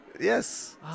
Yes